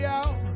out